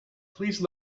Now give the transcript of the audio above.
please